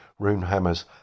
Runehammer's